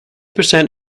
percent